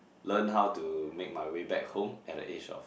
learn how to make my way back home at the age of